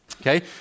Okay